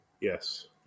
Yes